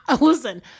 listen